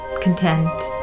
content